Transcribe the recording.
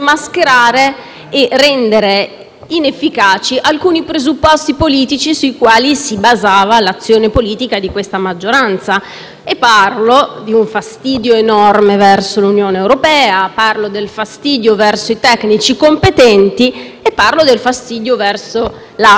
inefficaci alcuni presupposti politici sui quali si basava l'azione politica di questa maggioranza; parlo del fastidio enorme verso l'Unione europea, del fastidio verso i tecnici competenti e del fastidio verso il mondo della finanza.